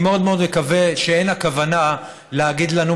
אני מאוד מקווה שאין הכוונה להגיד לנו,